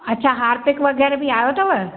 अच्छा हार्पिक वग़ैरह बि आयो अथव